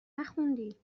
نخوندی